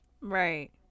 Right